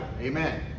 Amen